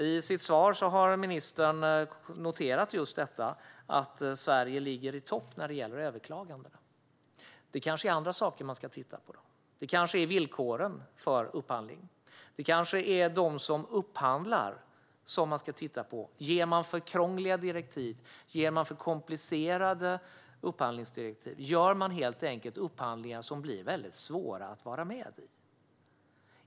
I sitt svar noterar ministern just att Sverige ligger i topp när det gäller överklaganden. Då kanske det är andra saker man ska titta på. Kanske ska man titta på villkoren för upphandling och dem som upphandlar. Ger man för komplicerade upphandlingsdirektiv? Gör man helt enkelt upphandlingar som blir väldigt svåra att vara med i?